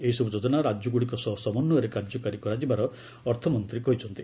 ଏହିସବୁ ଯୋଜନା ରାଜ୍ୟଗୁଡ଼ିକ ସହ ସମନ୍ୱୟରେ କାର୍ଯ୍ୟକାରୀ କରାଯିବାର ଅର୍ଥମନ୍ତ୍ରୀ କହିଛନ୍ତି